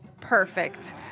Perfect